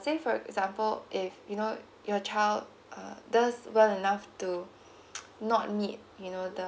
say for example if you know your child uh does well enough to not need you know the